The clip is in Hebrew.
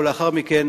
ולאחר מכן